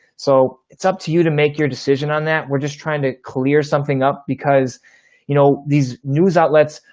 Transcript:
so it's up to you to make your decision on that. we're just trying to clear something up because you know, these news outlets,